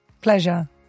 Pleasure